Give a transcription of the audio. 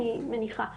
אני מניחה.